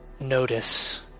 notice